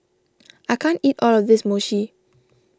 I can't eat all of this Mochi